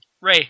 Ray